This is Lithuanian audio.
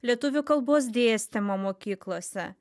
lietuvių kalbos dėstymą mokyklose